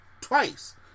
twice